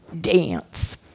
dance